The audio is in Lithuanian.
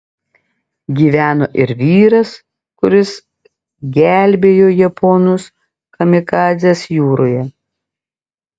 gyveno ir vyras kuris gelbėjo japonus kamikadzes jūroje